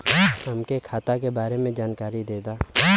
हमके खाता के बारे में जानकारी देदा?